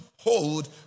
hold